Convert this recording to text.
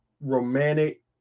romantic